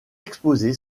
exposé